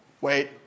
wait